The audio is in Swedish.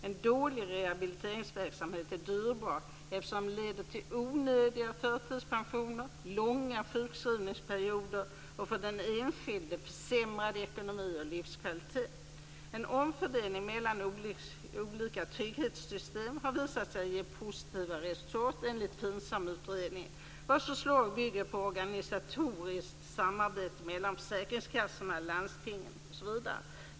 En dålig rehabiliteringsverksamhet är dyrbar, eftersom den leder till onödiga förtidspensioner, långa sjukskrivningsperioder och försämrad ekonomi och livskvalitet för den enskilde. En omfördelning mellan olika trygghetssystem har visat sig ge positiva resultat enligt FINSAM-utredningen, vars förslag bygger på organisatoriskt samarbete mellan försäkringskassorna, landstingen osv.